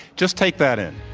just take that in.